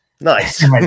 Nice